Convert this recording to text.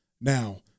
Now